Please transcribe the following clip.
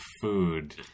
food